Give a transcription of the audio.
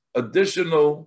additional